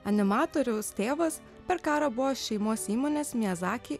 animatoriaus tėvas per karą buvo šeimos įmonės miazaki